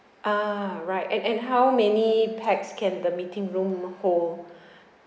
ah right and and how many pax can the meeting room hold